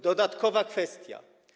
Dodatkowa kwestia.